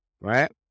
Right